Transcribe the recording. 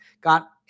Got